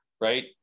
right